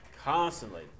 Constantly